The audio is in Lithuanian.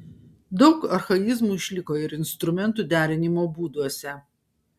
daug archaizmų išliko ir instrumentų derinimo būduose